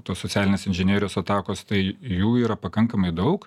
tos socialinės inžinerijos atakos tai jų yra pakankamai daug